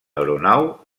aeronau